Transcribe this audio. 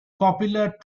popular